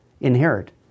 inherit